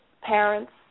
parents